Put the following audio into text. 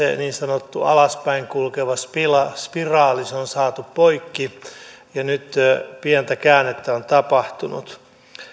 niin sanottu alaspäin kulkeva spiraali on saatu poikki ja nyt pientä käännettä on tapahtunut